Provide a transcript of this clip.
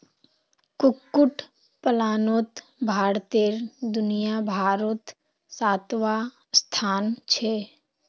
कुक्कुट पलानोत भारतेर दुनियाभारोत सातवाँ स्थान छे